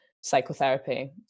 psychotherapy